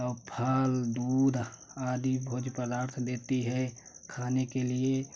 और फल दूध आदि भोज्य पदार्थ देती है खाने के लिए